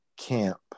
camp